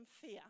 fear